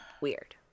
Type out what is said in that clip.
weird